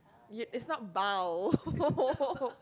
is not bow